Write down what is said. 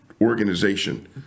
organization